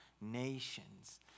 nations